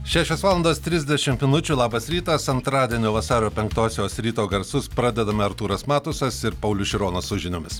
šešios valandos trisdešimt minučių labas rytas antradienio vasario penktosios ryto garsus pradedam artūras matusas ir paulius šironas su žiniomis